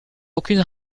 aucune